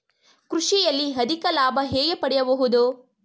ಕೃಷಿಯಲ್ಲಿ ಅಧಿಕ ಲಾಭ ಹೇಗೆ ಪಡೆಯಬಹುದು?